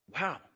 Wow